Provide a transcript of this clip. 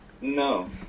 No